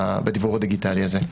בדיוור הדיגיטלי הזה.